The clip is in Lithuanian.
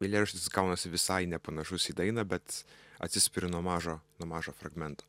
eilėraštis gaunasi visai nepanašus į dainą bet atsispiriu nuo mažo nuo mažo fragmento